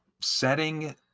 setting